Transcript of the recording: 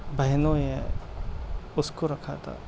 بہنوئی ہے اس کو رکھا تھا